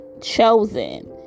chosen